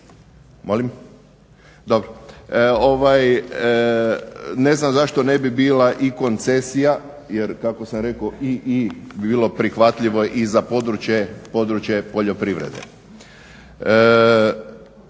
Molim? Dobro. Ne znam zašto ne bi bila i koncesija, jer kako sam rekao i-i bi bilo prihvatljivo i za područje poljoprivrede.